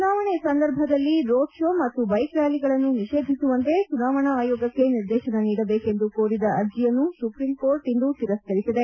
ಚುನಾವಣೆ ಸಂದರ್ಭದಲ್ಲಿ road show ಮತ್ತು ಬೈಕ್ ರ್ಕಾಲಿಗಳನ್ನು ನಿಷೇಧಿಸುವಂತೆ ಚುನಾವಣಾ ಆಯೋಗಕ್ಕೆ ನಿರ್ದೇಶನ ನೀಡಬೇಕೆಂದು ಕೋರಿದ ಅರ್ಜಿಯನ್ನು ಸುಪ್ರೀಂ ಕೋರ್ಟ್ ಇಂದು ತಿರಸ್ಕರಿಸಿದೆ